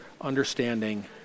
understanding